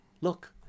look